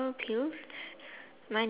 red skirt